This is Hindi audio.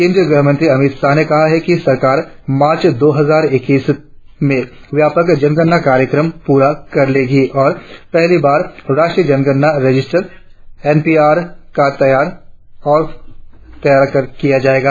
केंद्रीय गृहमंत्री अमित शाह ने कहा कि सरकार मार्च दो हजार ईक्कीस में व्यापक जनगणना कार्यक्रम प्ररा कर लेंगी और पहली बार राष्ट्रीय जनगणना रजिस्टर एन पी आर तैयार किया जाएगा